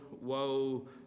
woe